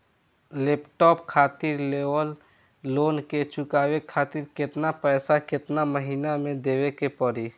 Laptop खातिर लेवल loan के चुकावे खातिर केतना पैसा केतना महिना मे देवे के पड़ी?